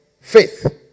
faith